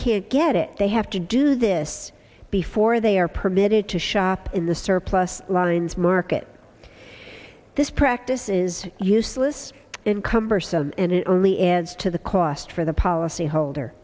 can't get it they have to do this before they are permitted to shop in the surplus lines market this practice is useless and cumbersome and it only adds to the cost for the policyholder